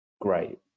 great